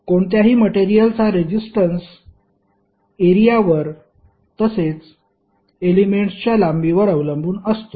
कोणत्याही मटेरियल चा resistance area वर तसेच एलेमेंट्सच्या लांबीवर अवलंबून असतो